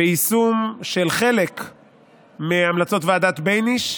ביישום של חלק מהמלצות ועדת בייניש.